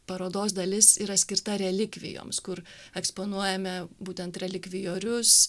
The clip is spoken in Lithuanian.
parodos dalis yra skirta relikvijoms kur eksponuojame būtent relikvijorius